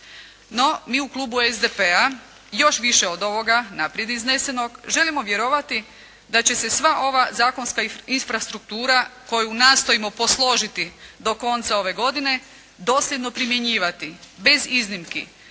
No mi u Klubu SDP-a još više od ovoga naprijed iznesenog želimo vjerovati da će se sva ova zakonska infrastruktura koju nastojimo posložiti do konca ove godine dosljedno primjenjivati bez iznimki